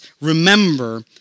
remember